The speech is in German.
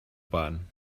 bahn